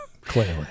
clearly